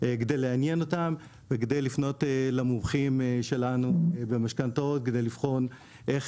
כדי לעניין אותם וכדי לפנות למומחים שלנו במשכנתאות כדי לבחון איך